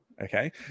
Okay